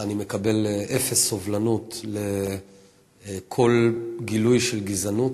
אני מקבל אפס סובלנות לכל גילוי של גזענות.